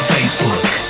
Facebook